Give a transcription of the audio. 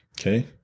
okay